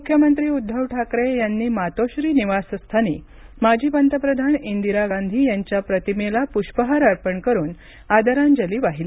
मुख्यमंत्री उद्धव ठाकरे यांनी मातोश्री निवासस्थानी माजी पंतप्रधान इंदिरा गांधी यांच्या प्रतिमेला पुष्पहार अर्पण करून आदरांजली वाहिली